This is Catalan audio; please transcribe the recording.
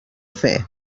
fer